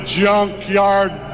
junkyard